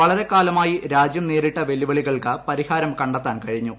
വളരെ കാലമായി രാജ്യം നേരിട്ട വെല്ലുവിളികൾക്ക് പരിഹാരം കണ്ടെത്താൻ കഴിഞ്ഞു